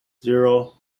zero